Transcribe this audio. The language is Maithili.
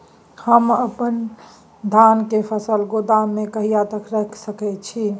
हम अपन धान के फसल गोदाम में कहिया तक रख सकैय छी?